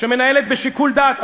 שמנהלת בשיקול דעת,